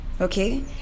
Okay